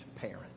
parent